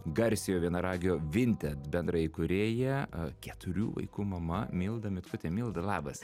garsiojo vienaragio vinted bendraįkūrėja keturių vaikų mama milda mitkutė milda labas